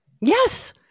Yes